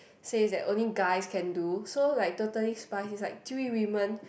says that only guys can do so that Totally Spies it's like three women